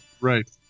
Right